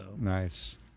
Nice